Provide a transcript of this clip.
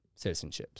citizenships